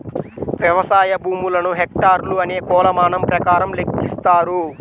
వ్యవసాయ భూములను హెక్టార్లు అనే కొలమానం ప్రకారం లెక్కిస్తారు